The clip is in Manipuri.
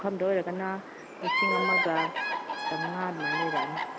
ꯄꯨꯈꯝꯗ ꯑꯣꯏꯔꯒꯅ ꯂꯤꯁꯤꯡ ꯑꯃꯒ ꯆꯥꯃꯉꯥ ꯑꯗꯨꯃꯥꯏꯅ ꯂꯩꯔꯛꯑꯅꯤ